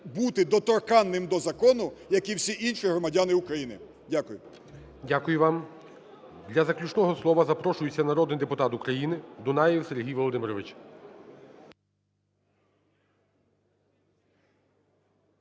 бути доторканним до закону, як і всі інші громадяни України. Дякую. ГОЛОВУЮЧИЙ. Дякую вам. Для заключного слова запрошується народний депутат України Дунаєв Сергій Володимирович.